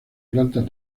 plantas